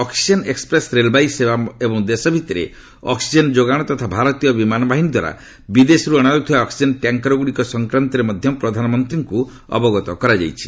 oxygen express ରେଳବାଇ ସେବା ଏବଂ ଦେଶ ଭିତରେ ଅକ୍ଟିଜେନ ଯୋଗାଣ ତଥା ଭାରତୀୟ ବିମାନବାହିନୀ ଦ୍ୱାରା ବିଦେଶରୁ ଅଣାଯାଉଥିବା ଅକ୍ପିଜେନ ଟ୍ୟାଙ୍କରଗୁଡିକ ସଂକ୍ରାନ୍ତରେ ମଧ୍ୟ ପ୍ରଧାନମନ୍ତ୍ରୀଙ୍କୁ ଅବଗତ କରାଯାଇଛି